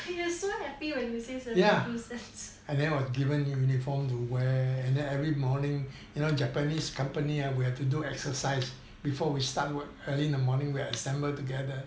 you are so happy when you say seventy two cents